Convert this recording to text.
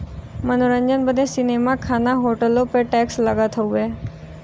मनोरंजन बदे सीनेमा, खाना, होटलो पे टैक्स लगत हउए